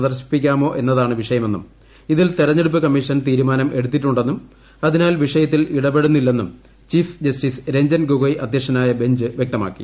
പ്രദർശിപ്പിക്കാമോ എന്നതാണ് വിഷയമെന്നും ഇതിൽ തെരഞ്ഞെടുപ്പ് കമ്മീഷൻ തീരുമാനം എടുത്തിട്ടുണ്ടെന്നും അതിനാൽ വിഷയത്തിൽ ഇടപെടുന്നില്ലെന്നും ചീഫ് ജസ്റ്റിസ് രഞ്ജൻ ഗൊഗോയ് അധൃക്ഷനായ ബഞ്ച് വൃക്തമാക്കി